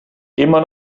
immer